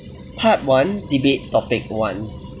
part one debate topic one the